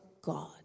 God